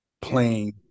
playing